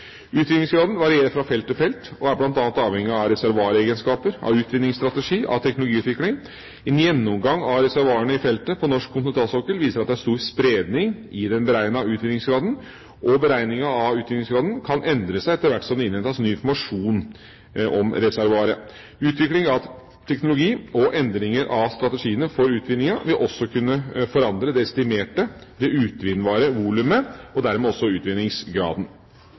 Utvinningsgraden varierer fra felt til felt og er bl.a. avhengig av reservoaregenskaper, utvinningsstrategi og teknologiutvikling. En gjennomgang av reservoarene i feltene på norsk kontinentalsokkel viser at det er stor spredning i den beregnede utvinningsgraden, og beregningen av utvinningsgraden kan endre seg etter hvert som det innhentes ny informasjon om reservoaret. Utvikling av teknologi og endringer av strategiene for utvinningen vil også kunne forandre det estimerte utvinnbare volumet og dermed også utvinningsgraden.